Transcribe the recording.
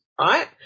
right